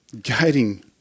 guiding